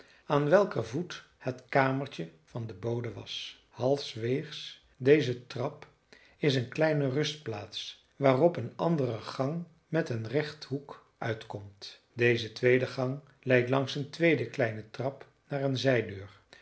aan welker voet het kamertje van den bode was halfweegs deze trap is een kleine rustplaats waarop een andere gang met een rechthoek uitkomt deze tweede gang leidt langs een tweede kleine trap naar een zijdeur